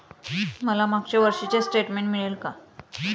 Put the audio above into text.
मला मागच्या वर्षीचे स्टेटमेंट मिळेल का?